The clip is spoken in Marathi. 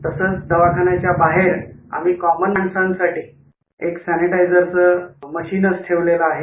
तसंच दवाखान्याच्या बाहेर आम्ही कॉमन माणसासाठी एक सॅनिटायझरचं मशीन ठेवलं आहे